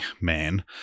man